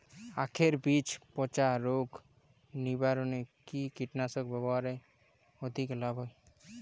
আঁখের বীজ পচা রোগ নিবারণে কি কীটনাশক ব্যবহারে অধিক লাভ হয়?